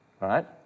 right